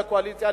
לקואליציה,